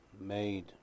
made